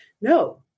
No